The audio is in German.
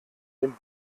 den